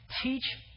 Teach